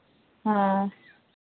ᱦᱮᱸ